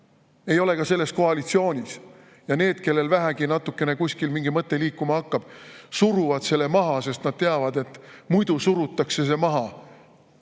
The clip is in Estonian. ei ole ka selles koalitsioonis. Ja need, kellel vähegi kuskil mingi mõte liigub, suruvad selle maha, sest nad teavad, et muidu suruvad selle maha